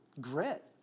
grit